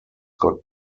got